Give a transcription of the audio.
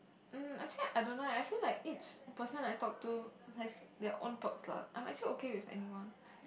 mm actually I don't know eh I feel like each person I talk to has their own perks lah I am actually okay with anyone